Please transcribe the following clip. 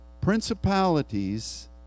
principalities